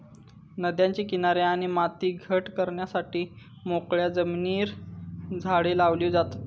नद्यांचे किनारे आणि माती घट करण्यासाठी मोकळ्या जमिनीर झाडे लावली जातत